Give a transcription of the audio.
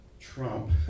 trump